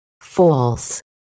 false